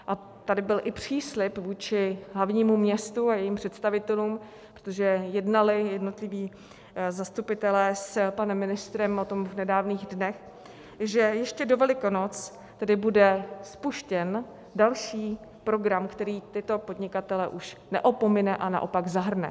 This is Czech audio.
A tady byl i příslib vůči hlavnímu městu a jeho představitelům, že jednali jednotliví zastupitelé s panem ministrem v nedávných dnech, že ještě do Velikonoc tedy bude spuštěn další program, který tyto podnikatele už neopomine a naopak zahrne.